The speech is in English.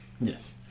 yes